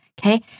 Okay